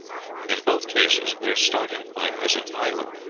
in both cases their starting-point is an island,